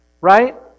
Right